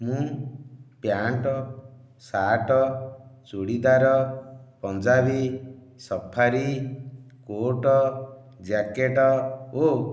ମୁଁ pant shirt churidar Punjabi safari coat jacket ଓ